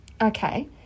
Okay